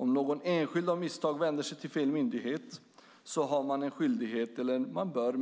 Om någon enskild av misstag vänder sig till fel myndighet bör